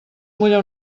mulla